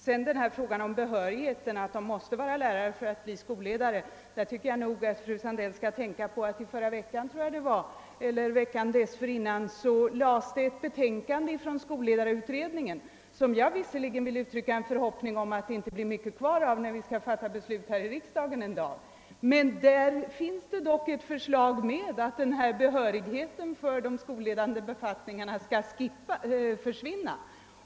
Vad gäller behörighetskravet att en skolledare måste vara lärare bör fröken Sandell tänka på att skolledarutredningen för ett par veckor sedan lade fram ett betänkande, som jag inom parentes sagt hoppas det inte blir mycket kvar av när riksdagen skall fatta beslut. Det innehåller emellertid ett förslag om att detta behörighetskrav för skolledande befattningar skall försvinna.